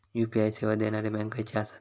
UPI सेवा देणारे bank खयचे आसत?